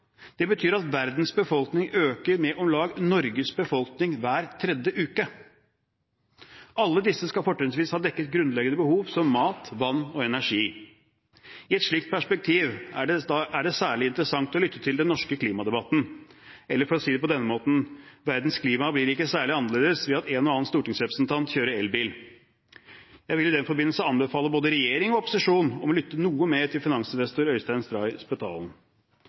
Det betyr at verdens befolkning øker med om lag Norges befolkning hver tredje uke. Alle disse skal fortrinnsvis ha dekket grunnleggende behov som mat, vann og energi. I et slikt perspektiv er det særlig interessant å lytte til den norske klimadebatten, eller for å si det på denne måten: Verdens klima blir ikke særlig annerledes ved at en og annen stortingsrepresentant kjører elbil. Jeg vil i den forbindelse anbefale både regjering og opposisjon å lytte noe mer til finansinvestor Øystein Stray Spetalen.